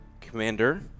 Commander